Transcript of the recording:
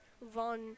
Von